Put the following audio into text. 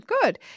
Good